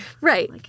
Right